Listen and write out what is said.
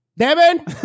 Devin